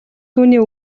түүний